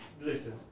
listen